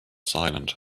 silent